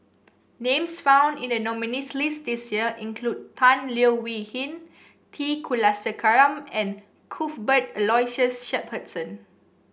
names found in the nominees' list this year include Tan Leo Wee Hin T Kulasekaram and Cuthbert Aloysius Shepherdson